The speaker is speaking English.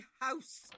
house